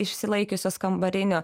išsilaikiusios kambarinių